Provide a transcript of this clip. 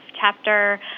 chapter